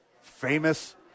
famous